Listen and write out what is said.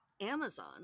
Amazon